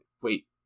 Wait